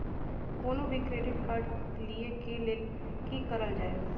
कोनो भी credit card लिए के लेल की करल जाय?